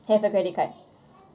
have a credit card